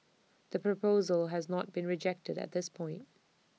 the proposal has not been rejected at this point